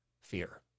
fear